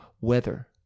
weather